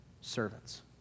servants